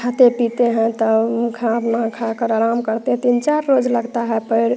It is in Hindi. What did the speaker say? खाते पीते हैं तब खाना खाकर आराम करते हैं तीन चार रोज़ लगता है पैर